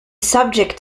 subject